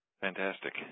Fantastic